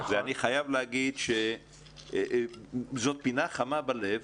אני חייב להגיד שיש לי פינה חמה בלב